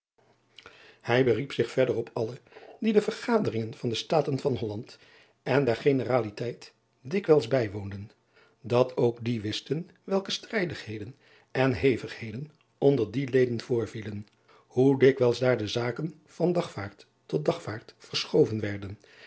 ij beriep zich verder op alle die de ergaderingen van de taten van olland en der eneraliteit dikwijls driaan oosjes zn et leven van aurits ijnslager bijwoonden dat ook die wisten welke strijdigheden en hevigheden onder die leden voorvielen hoe dikwijls daar de zaken van agvaard tot agvaard verschoven werden